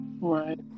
right